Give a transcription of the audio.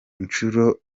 inturo